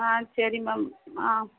ஆ சரி மேம் ஆ